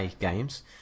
games